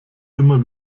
immer